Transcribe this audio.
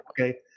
Okay